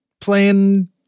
playing